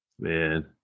man